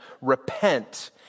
Repent